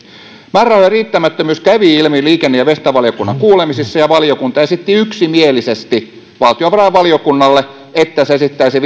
määrärahojen riittämättömyys kävi ilmi liikenne ja viestintävaliokunnan kuulemisissa ja valiokunta esitti yksimielisesti valtiovarainvaliokunnalle että se esittäisi